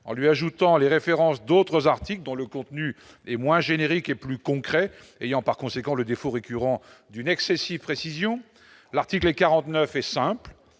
en lui ajoutant les références d'autres articles dont le contenu est moins générique et plus concret, ayant par conséquent le défaut récurrent d'une excessive précisions à l'article 49 est simple,